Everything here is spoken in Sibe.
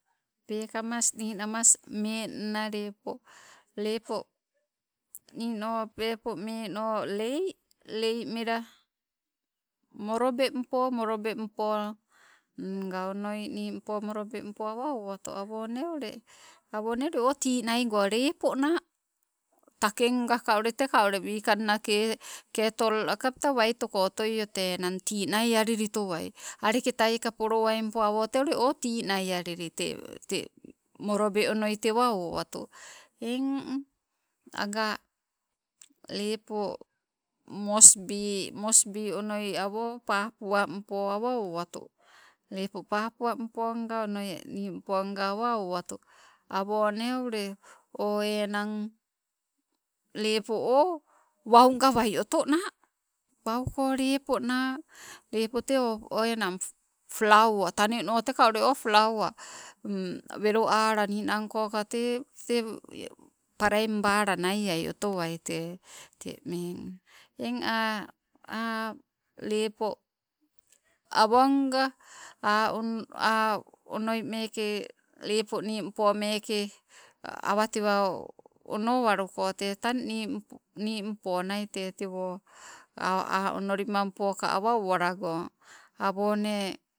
Peekamas ninamas menna leppo, leppo niino leppo menoo lae. Lae melaa morobempo awe owalatu, awo nee ulle tiinai go ule leponna, takenga teka ule wikangna ketoi agapetae waitoko otoio tee enang tii nai alilitoai. Aleketaika ulle polowaimpo teka uule tii nai alili, tee morobe onoi tewa owatu. Eng agaa leppo moresby onoi awo papua mpo nga onoi awa owatu, awone ule o enang lepo o enang wau, wau gawai otona. Leppo tee enang o palauwa taneno teka ule tee o palauwa, weloa la ninangko tekaa palainbala naiai otoai. Eng aanoi, aonoi mekee lepoo mekee nimpoo mekee awatewa onowalluko, tee tang nimponai tee teewo aonolima mmpo awa owalago awo nee.